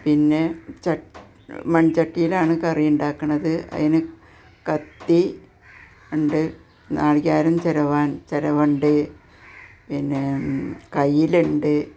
പിന്നെ മൺചട്ടിയിലാണ് കറിയുണ്ടാക്കുന്നത് അതിന് കത്തി ഉണ്ട് നാളികേരം ചിരവാൻ ചിരവ ഉണ്ട് പിന്നെ കയിലുണ്ട്